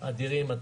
אדירים.